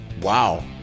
wow